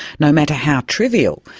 no matter how trivial,